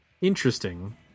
interesting